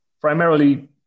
primarily